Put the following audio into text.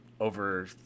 Over